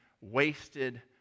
wasted